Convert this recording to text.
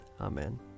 Amen